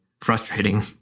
frustrating